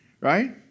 Right